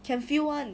can feel [one]